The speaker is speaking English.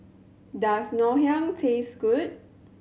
does Ngoh Hiang taste good